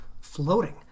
floating